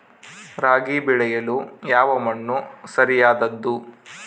ರಾಗಿ ಬೆಳೆಯಲು ಯಾವ ಮಣ್ಣು ಸರಿಯಾದದ್ದು?